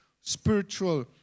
spiritual